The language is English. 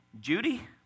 Judy